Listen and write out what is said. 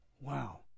Wow